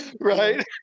right